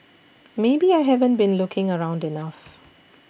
maybe I haven't been looking around enough